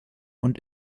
und